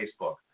Facebook